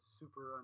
super